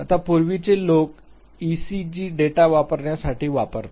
आता पूर्वीचे लोक ईईजी डेटाचा वापर करत होते